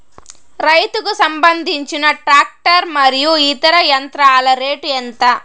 రైతుకు సంబంధించిన టాక్టర్ మరియు ఇతర యంత్రాల రేటు ఎంత?